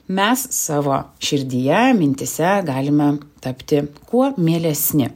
mes savo širdyje mintyse galime tapti kuo mielesni